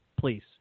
Please